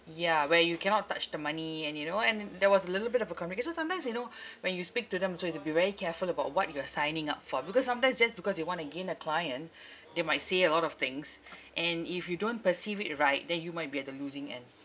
ya where you cannot touch the money and you know and there was a little bit of a commu~ so sometimes you know when you speak to them also you have to be very careful about what you are signing up for because sometimes just because they want to gain a client they might say a lot of things and if you don't perceive it right then you might be at the losing end